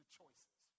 choices